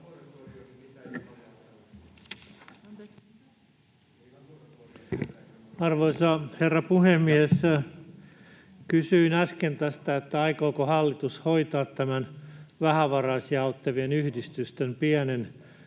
Arvoisa herra puhemies! Kysyin äsken, aikooko hallitus hoitaa tämän vähävaraisia auttavien yhdistysten pienen